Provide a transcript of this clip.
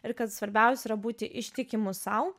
ir kad svarbiausia yra būti ištikimu sau